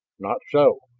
not so,